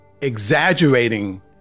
exaggerating